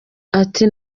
ati